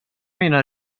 mina